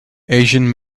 asian